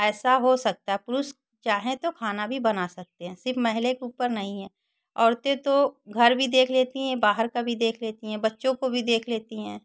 ऐसा हो सकता है पुरुष चाहें तो खाना भी बना सकते हैं सिर्फ महिले के ऊपर नहीं है औरतें तो घर का भी देख लेती हैं बाहर का भी देख लेती हैं बच्चों को भी देख लेती हैं